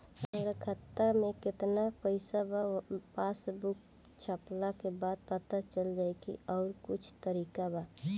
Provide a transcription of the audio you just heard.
हमरा खाता में केतना पइसा बा पासबुक छपला के बाद पता चल जाई कि आउर कुछ तरिका बा?